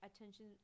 attention